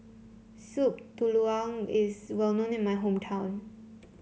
Soup Tulang is well known in my hometown